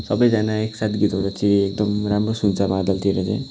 सबैजना एक साथ गीत गाउँदा चाहिँ एकदम राम्रो सुन्छ मादलतिर चाहिँ